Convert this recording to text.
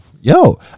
Yo